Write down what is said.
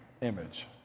image